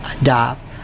adopt